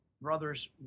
brothers